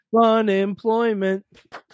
Unemployment